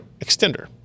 extender